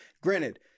Granted